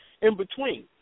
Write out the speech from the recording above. in-between